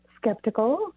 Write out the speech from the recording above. skeptical